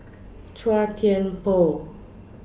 Chua Thian Poh